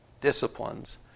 disciplines